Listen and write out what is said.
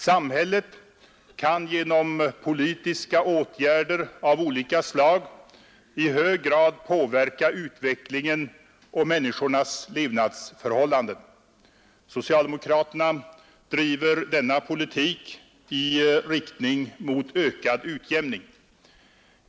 Samhället kan genom politiska åtgärder av olika slag i hög grad påverka utvecklingen och människornas levnadsförhållanden. Socialdemokraterna driver denna politik i riktning mot ökad utjämning.